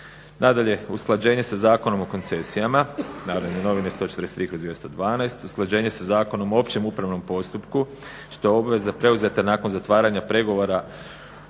Nadalje, usklađenje sa Zakonom o koncesijama, NN 143/2012., usklađenje sa Zakonom o općem upravnom postupku što je obveza preuzeta nakon zatvaranja pregovora